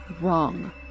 wrong